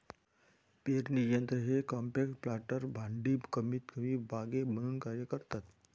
पेरणी यंत्र हे कॉम्पॅक्ट प्लांटर भांडी कमीतकमी बागे म्हणून कार्य करतात